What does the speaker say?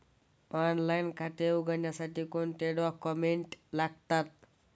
Online खाते उघडण्यासाठी कोणते डॉक्युमेंट्स लागतील?